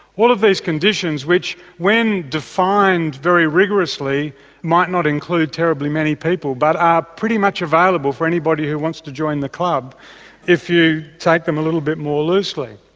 all of these conditions which when defined very rigorously might not include terribly many people but are pretty much available for anybody who wants to join the club if you take them a little bit more loosely.